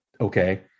Okay